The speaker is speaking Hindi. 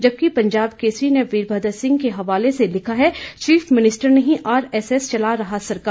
जबकि पंजाब केसरी ने वीरभद्र सिंह के हवाले से लिखा है चीफ मिनिस्टर नहीं आरएसएस चला रहा सरकार